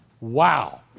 Wow